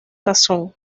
razón